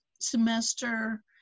semester